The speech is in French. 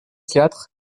quatre